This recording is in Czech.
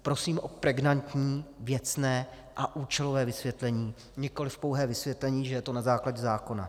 Prosím o pregnantní, věcné a účelové vysvětlení, nikoliv pouhé vysvětlení, že je to na základě zákona.